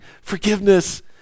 forgiveness